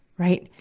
right.